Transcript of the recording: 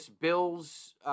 Bill's